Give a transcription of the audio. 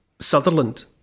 Sutherland